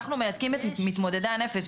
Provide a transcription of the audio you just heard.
אנחנו מייצגים את מתמודדי הנפש.